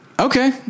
Okay